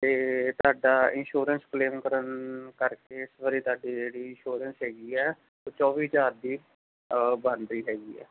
ਅਤੇ ਤੁਹਾਡਾ insurance claim ਕਰਨ ਕਰਕੇ ਇਸ ਵਾਰੀ ਤੁਹਾਡੀ ਜਿਹੜੀ ਇਨਸ਼ੋਰੈਂਸ ਹੈਗੀ ਹੈ ਉਹ ਚੌਵੀ ਹਜ਼ਾਰ ਦੀ ਅ ਬਣਦੀ ਹੈਗੀ ਹੈ